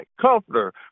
comforter